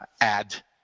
add